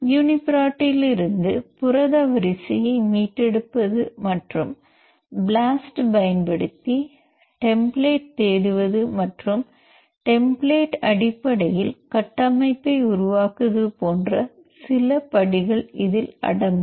யுனிபிரோட்டிலிருந்து புரத வரிசையை மீட்டெடுப்பது மற்றும் ப்ளாஸ்ட் பயன்படுத்தி டெம்பிளேட் தேடுவது மற்றும் டெம்பிளேட் அடிப்படையில் கட்டமைப்பை உருவாக்குவது போன்ற சில படிகள் இதில் அடங்கும்